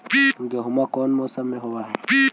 गेहूमा कौन मौसम में होब है?